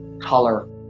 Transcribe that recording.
color